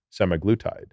semaglutide